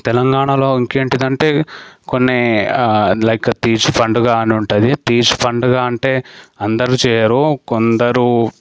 తెలంగాణలో ఇంకా ఏంటంటే కొన్ని లైక్ తీజ్ పండగ అని ఉంటుంది తీజ్ పండగ అంటే అందరూ చేయరు కొందరు